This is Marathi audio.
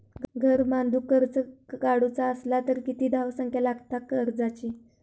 घर बांधूक कर्ज काढूचा असला तर किती धावसंख्या लागता कर्जाची?